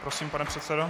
Prosím, pane předsedo.